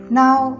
now